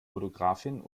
fotografin